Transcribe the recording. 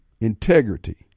Integrity